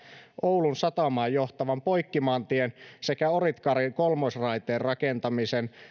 oulun satamaan johtavan poikkimaantien sekä oritkarin kolmosraiteen rakentamisen